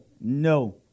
no